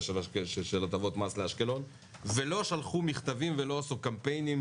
של הטבות מס לאשקלון ולא שלחו מכתבים ולא עשו קמפיינים